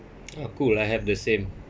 ah cool I have the same